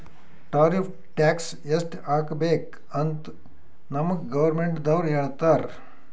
tariff tax ಎಸ್ಟ್ ಹಾಕಬೇಕ್ ಅಂತ್ ನಮ್ಗ್ ಗೌರ್ಮೆಂಟದವ್ರು ಹೇಳ್ತರ್